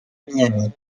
miami